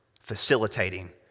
facilitating